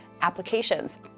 applications